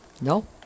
No